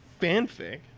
fanfic